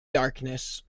darkness